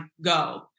go